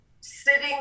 sitting